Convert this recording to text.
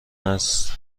است